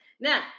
Now